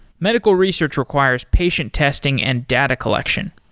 medical research requires patient testing and data collection.